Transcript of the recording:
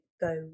Go